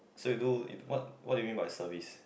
so you do you do what what do you mean by service